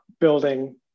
building